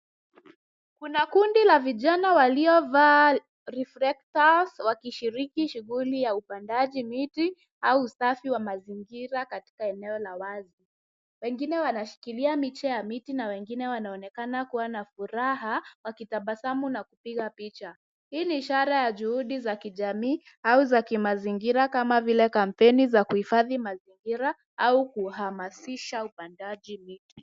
Kuna kundi la vijana walio vaa reflectors wakishiriki shughuli ya upandaji miti au usafi wa mazingira katika eneo la wazi. Wengine wanashikilia miche ya miti na wengine wanaonekana kuwa na furaha wakitabasamu na kupiga picha. Hii ni ishara ya juhudi za kijamii au za kimazingira kama vile kampeni za kuhifadhi mazingira au kuhamasisha upandaji miti.